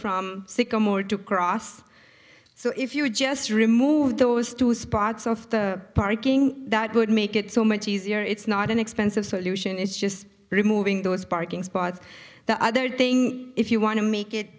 from sycamore to cross so if you just remove those two spots of the parking that would make it so much easier it's not an expensive solution it's just removing those parking spots the other thing if you want to make it